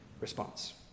response